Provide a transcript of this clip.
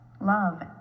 love